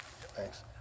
Thanks